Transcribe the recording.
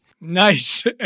Nice